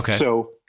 Okay